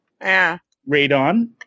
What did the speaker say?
radon